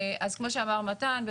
כמו שאמר מתן,